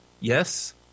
Yes